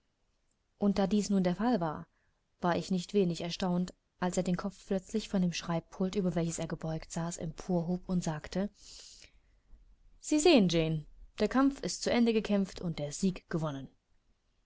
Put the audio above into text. und da dies nun der fall war ich nicht wenig erstaunt als er den kopf plötzlich von dem schreibpult über welches er gebeugt saß emporhob und sagte sie sehen jane der kampf ist zu ende gekämpft und der sieg gewonnen